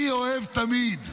אני אוהב תמיד,